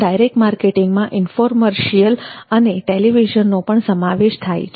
direct માર્કેટિંગમાં infomercial અને ટેલિવિઝનનો પણ સમાવેશ થાય છે